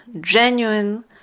genuine